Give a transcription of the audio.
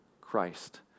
Christ